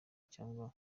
cyangwa